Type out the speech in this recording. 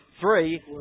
Three